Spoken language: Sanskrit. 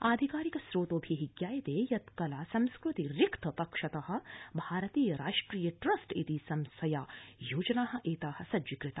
अधिकारिक स्त्रोतोभि शायते यत् कला संस्कृति रिक्थपक्षत भारतीय राष्ट्रिय ट्रस्ट संस्थया योजना एता सज्जीकृता